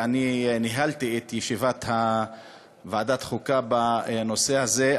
וניהלתי את ישיבת ועדת החוקה בנושא הזה,